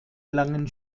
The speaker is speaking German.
langen